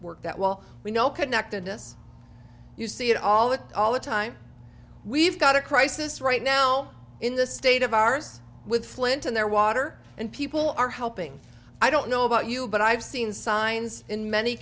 that well we know connectedness you see it all that all the time we've got a crisis right now in the state of ours with flint in their water and people are helping i don't know about you but i've seen signs in many